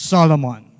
Solomon